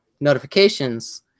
notifications